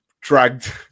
dragged